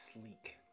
sleek